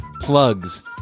plugs